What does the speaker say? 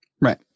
right